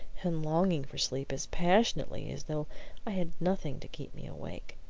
and longing for sleep as passionately as though i had nothing to keep me awake.